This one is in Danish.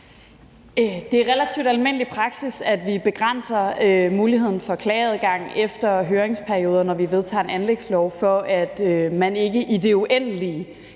Det er relativt almindelig praksis, at vi begrænser muligheden for klageadgang efter høringsperioder, når vi vedtager en anlægslov, for at man ikke i det uendelige